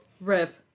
Rip